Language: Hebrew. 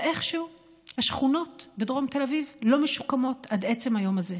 ואיכשהו השכונות בדרום תל אביב לא משוקמות עד עצם היום הזה.